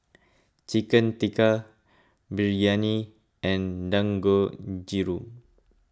Chicken Tikka Biryani and Dangojiru